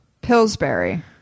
Pillsbury